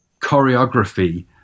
choreography